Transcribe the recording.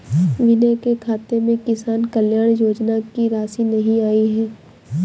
विनय के खाते में किसान कल्याण योजना की राशि नहीं आई है